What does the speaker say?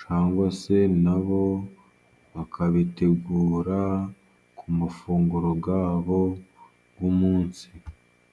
cyangwa se na bo, bakabitegura ku mafunguro yabo y'umunsi.